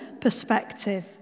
perspective